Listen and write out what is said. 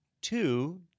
two